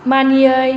मानियै